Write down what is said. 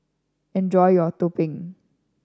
enjoy your Tumpeng